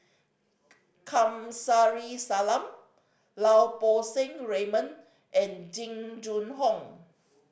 Kamsari Salam Lau Poo Seng Raymond and Jing Jun Hong